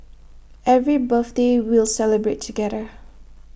every birthday we'll celebrate together